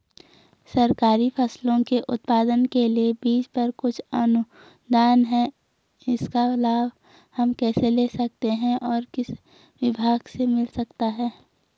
सरकारी फसलों के उत्पादन के लिए बीज पर कुछ अनुदान है इसका लाभ हम कैसे ले सकते हैं और किस विभाग से मिल सकता है?